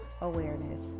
awareness